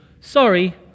sorry